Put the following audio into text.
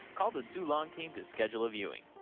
call the sue long team to schedule a viewing.